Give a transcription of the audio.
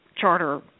charter